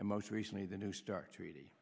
and most recently the new start treaty